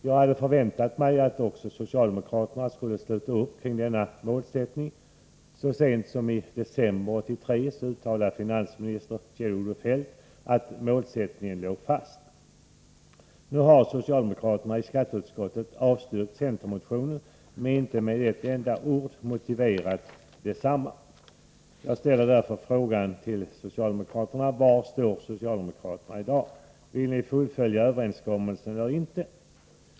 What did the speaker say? Vi hade förväntat oss att också socialdemokraterna skulle ställa upp på detta. Så sent som i december 1983 uttalade finansminister Kjell-Olof Feldt att målsättningen låg fast. Nu har socialdemokraterna i skatteutskottet avstyrkt centermotionen, men har inte med ett enda ord motiverat detta. Jag ställer därför en fråga till socialdemokraterna: Var står socialdemokraterna i dag? Vill socialdemokraterna fullfölja överenskommelsen eller inte?